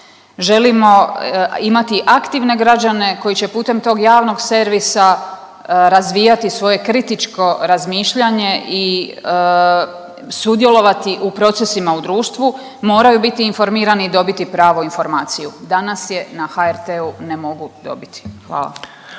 želimo imati aktivne građane koji će putem tog javnog servisa razvijati svoje kritičko razmišljanje i sudjelovati u procesima u društvu moraju biti informirani i dobiti pravu informaciju. Danas je na HRT-u na mogu dobiti. Hvala.